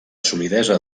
solidesa